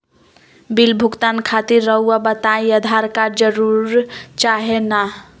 Bill भुगतान खातिर रहुआ बताइं आधार कार्ड जरूर चाहे ना?